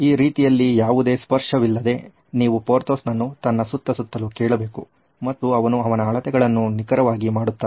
ಈ ರೀತಿಯಲ್ಲಿ ಯಾವುದೇ ಸ್ಪರ್ಶವಿಲ್ಲದೆ ನೀವು ಪೋರ್ತೋಸ್ನನ್ನು ತನ್ನ ಸುತ್ತ ಸುತ್ತಲು ಕೇಳಬೇಕು ಮತ್ತು ಅವನು ಅವನ ಅಳತೆಗಳನ್ನು ನಿಖರವಾಗಿ ಮಾಡುತ್ತಾನೆ